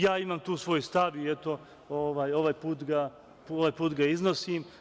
Ja imam tu svoj stav i ovaj put ga iznosim.